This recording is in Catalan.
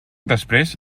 després